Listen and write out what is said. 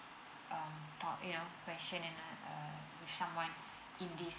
um talk you know question and I with someone in this